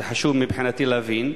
זה חשוב מבחינתי להבין.